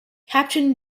captain